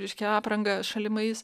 reiškia apranga šalimais